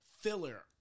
filler